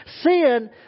Sin